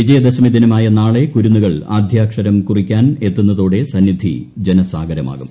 വിജയദശമി ദിനമായ്ക്കു നാളെ കുരുന്നുകൾ ആദ്യാക്ഷരം കുറിക്കാൻ എത്തുന്നതോടെ സ്സ്പ്രി ജനസാഗരമാകും